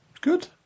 Good